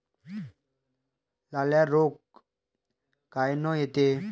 लाल्या रोग कायनं येते?